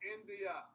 India